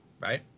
right